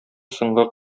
соңгы